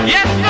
Yes